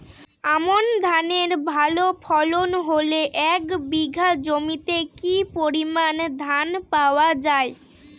আমন ধানের ভালো ফলন হলে এক বিঘা জমিতে কি পরিমান ধান পাওয়া যায়?